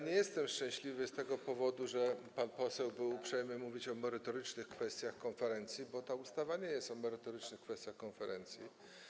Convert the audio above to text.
Nie jestem szczęśliwy z tego powodu, że pan poseł był uprzejmy mówić o merytorycznych kwestiach konferencji, bo ta ustawa nie jest o merytorycznych kwestiach konferencji.